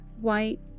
White